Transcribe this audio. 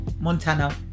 Montana